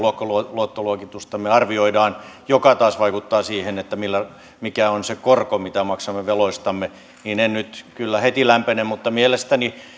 luottoluokitustamme arvioidaan mikä taas vaikuttaa siihen mikä on se korko mitä maksamme veloistamme niin en nyt kyllä heti lämpene mielestäni